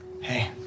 Hey